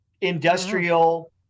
industrial